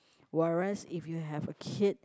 whereas if you have a kid